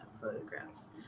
photographs